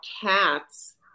cats